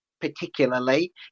particularly